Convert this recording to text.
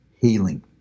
healing